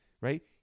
right